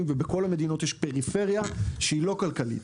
ובכל המדינות יש פריפריה שהיא לא כלכלית.